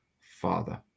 Father